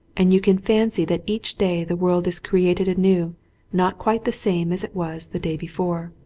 and you can fancy that each day the world is created anew not quite the same as it was the day before.